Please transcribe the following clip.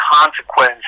consequence